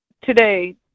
today